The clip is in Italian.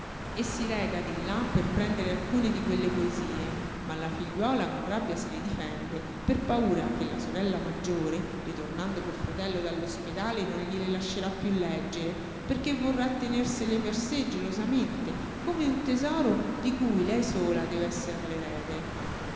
e si reca di là per prendere alcune di quelle poesie ma la figliuola con rabbia se le difende per paura che la sorella maggiore ritornando col fratello dall'ospedale non gliele lascerà piú leggere perché vorrà tenersele per sé gelosamente come un tesoro di cui lei sola dev'esser